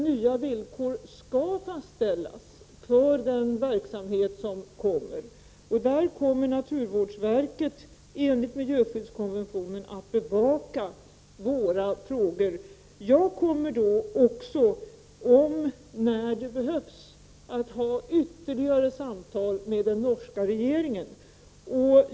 Nya villkor skall nu fastställas för den kommande verksamheten. Naturvårdsverket kommer enligt miljöskyddskonventionen att bevaka våra frågor. Om det behövs kommer jag att ha ytterligare samtal med den norska regeringen.